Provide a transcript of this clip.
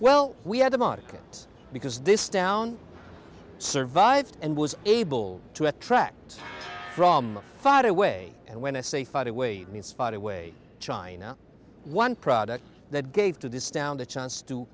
market because this town survived and was able to attract from far away and when i say find a way means far away china one product that gave to this down the chance to